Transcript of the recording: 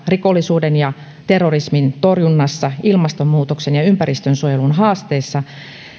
rikollisuuden ja terrorismin torjunnassa sekä ilmastonmuutoksen ja ympäristönsuojelun haasteissa